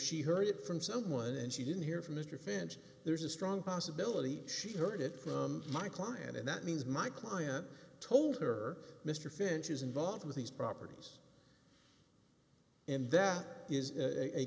she heard it from someone and she didn't hear from mr fancher there's a strong possibility she heard it from my client and that means my client told her mr finch is involved with these properties and that is a